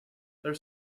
there